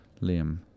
Liam